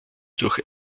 durch